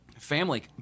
Family